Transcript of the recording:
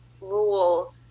rule